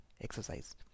exercise